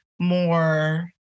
more